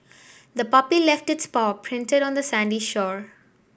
the puppy left its paw printed on the sandy shore